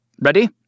Ready